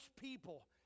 people